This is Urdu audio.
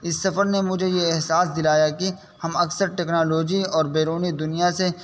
اس سفر نے مجھے یہ احساس دلایا کہ ہم اکثر ٹکنالوجی اور بیرونی دنیا سے